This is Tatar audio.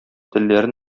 телләрен